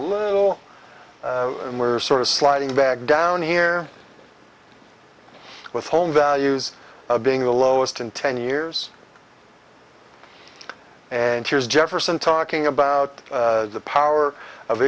little and we're sort of sliding back down here with home values being the lowest in ten years and here's jefferson talking about the power of